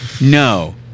no